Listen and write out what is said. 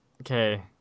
Okay